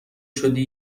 شدی